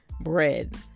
bread